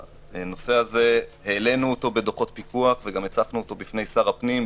הנושא הזה העלינו אותו בדוחות פיקוח וגם הצפנו אותו בפני שר הפנים,